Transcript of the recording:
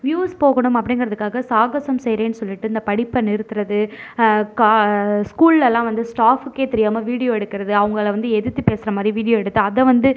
views போகணும் அப்படிங்கிறதுக்காக சாகசம் செய்கிறேன் சொல்லிவிட்டு இந்த படிப்பை நிறுத்துவது ஸ்கூல்லலாம் வந்து ஸ்டாஃப்க்கே தெரியாமல் வீடியோ எடுக்கிறது அவங்கள வந்து எதிர்த்து பேசுகிற மாதிரி வீடியோ எடுத்து அதை வந்து